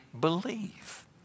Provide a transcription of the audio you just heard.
believe